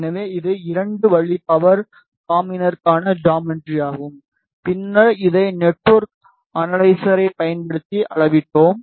எனவே இது 2 வழி பவர் காம்பினற்கான ஜாமெட்ரி ஆகும் பின்னர் இதை நெட்ஒர்க் அனலைசரை பயன்படுத்தி அளவிட்டோம்